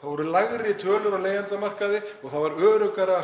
Það voru lægri tölur á leigjendamarkaði og það var allt öruggara;